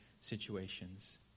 situations